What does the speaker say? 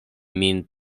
min